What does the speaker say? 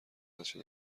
بچه